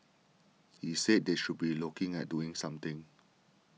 he said they should be looking at doing something